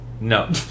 No